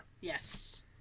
Yes